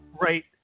right